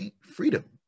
Freedom